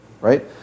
right